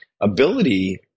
ability